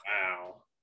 Wow